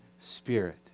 Spirit